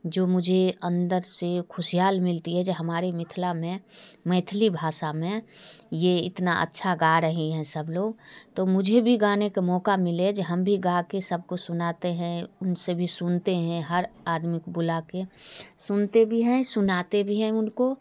जो मुझे अंदर से खुशहाल मिलती है जो हमारे मिथिला में मैथिली भाषा में यह इतना अच्छा गा रहे हैं सब लोग तो मुझे भी गाने का मौका मिले जो हम भी गा कर सब को सुनाते हैं उनसे भी सुनते हैं हर आदमी को बुला कर सुनते भी हैं सुनाते भी हैं उनको